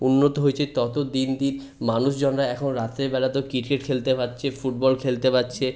উন্নত হয়েছে তত দিন দিন মানুষজনরা এখন রাতের বেলাতেও ক্রিকেট খেলতে পারছে ফুটবল খেলতে পারছে